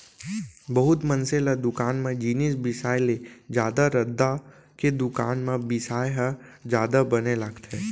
बहुत मनसे ल दुकान म जिनिस बिसाय ले जादा रद्दा के दुकान म बिसाय ह जादा बने लागथे